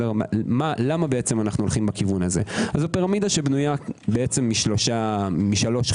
למה אנו הולכים בכיוון הזה זו פירמידה שבנויה משלוש שכבות.